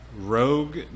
Rogue